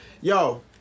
Yo